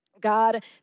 God